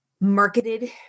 marketed